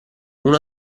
una